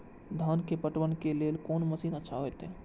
धान के पटवन के लेल कोन मशीन अच्छा होते?